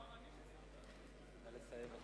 נא לסיים.